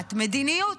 באשמת מדיניות.